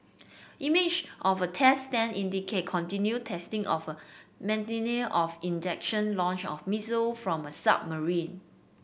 image of a test stand indicated continued testing of a mechanism for ejection launch of missile from a submarine